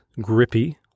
grippy